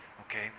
okay